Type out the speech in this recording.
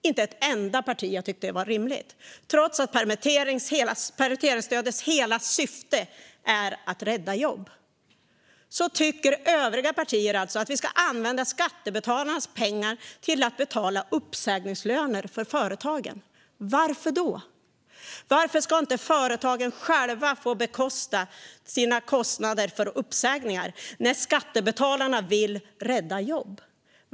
Inte ett enda parti har tyckt att det är rimligt. Trots att permitteringsstödets hela syfte är att rädda jobb tycker övriga partier att skattebetalarnas pengar ska användas till att betala uppsägningslöner för företagen. Varför? Varför ska inte företagen själva stå för kostnaderna för uppsägningar när skattebetalarna vill rädda jobb?